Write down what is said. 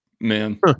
man